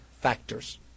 factors